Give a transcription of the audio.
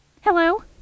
Hello